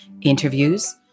interviews